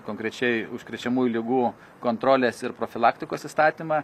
konkrečiai užkrečiamųjų ligų kontrolės ir profilaktikos įstatymą